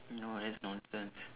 no that's nonsense